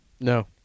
No